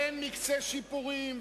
אין מקצה שיפורים,